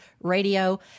radio